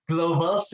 Global